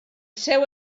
seu